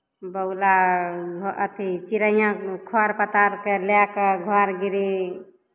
बगुला घ् अथि चिड़ैयाँ खढ़ पत्ता अरकेँ लए कऽ घर गृह